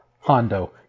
Hondo